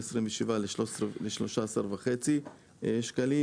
מ- 27 שקלים ל- 13.5 שקלים,